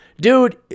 Dude